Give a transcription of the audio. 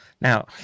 Now